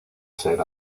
ser